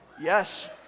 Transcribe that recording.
Yes